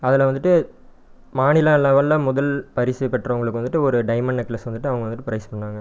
அதில் வந்துவிட்டு மாநில லெவலில் முதல் பரிசு பெற்றவங்களுக்கு வந்துவிட்டு ஒரு டைமண்ட் நெக்லஸ் வந்துவிட்டு அவங்க வந்துவிட்டு ப்ரைஸ் தந்தாங்க